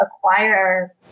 acquire